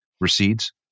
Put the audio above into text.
recedes